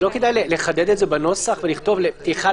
לא כדאי לחדד את זה בנוסח לכתוב: פתיחה